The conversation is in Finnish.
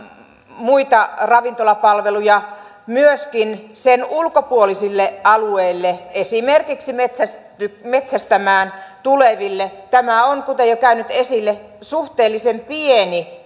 muita ravintolapalveluja myöskin sen ulkopuolisille alueille esimerkiksi metsästämään tuleville kansallispuistoalue on kuten on jo käynyt esille suhteellisen pieni